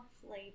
flavor